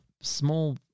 small